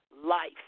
life